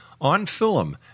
OnFilm